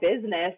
business